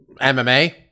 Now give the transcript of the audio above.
MMA